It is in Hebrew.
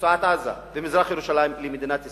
רצועת-עזה ומזרח-ירושלים למדינת ישראל,